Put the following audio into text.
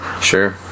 Sure